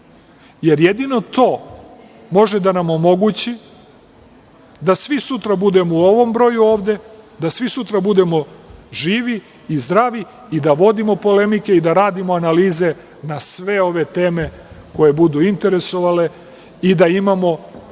jer jedino to može da nam omogući da svi sutra budemo u ovom broju ovde, da svi sutra budemo živi i zdravi i da vodimo polemiku i da radimo analize na sve ove teme koje budu interesovale i da imamo